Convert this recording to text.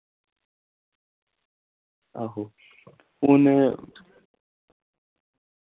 आहो हुन